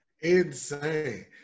Insane